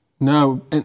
No